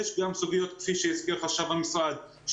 כפי שאמר חשב המשרד,